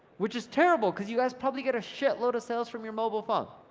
which is terrible, cause you guys probably get a shit load of sales from your mobile phone.